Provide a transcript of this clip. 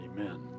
Amen